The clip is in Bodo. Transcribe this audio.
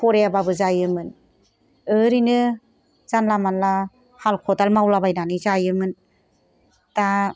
फरायाबाबो जायोमोन ओरैनो जानला मानला हाल खदाल मावला बायनानै जायोमोन दा